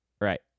Right